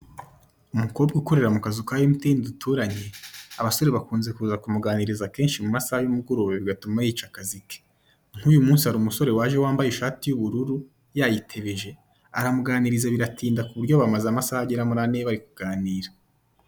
Umukobwa ukora mukazu ka MTN duturanye abasore bakunze kuza kumuganiriza kenshi mumasha y'umugoroba bigatuma yica akazi ke, nkuyu munsi hari umusore waje yamabaye ishati y'ubururu yayitebeje aramuganiriza biratinda kuburyo bamaze amasaha agera muri ane bari kuganira.